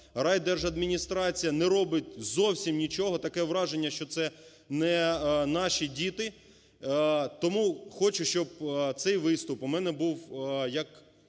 Райдержадміністрація не робить зовсім нічого. Таке враження, що це не наші діти. Тому хочу, щоб цей виступ у мене був як